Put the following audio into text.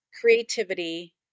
creativity